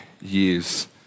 years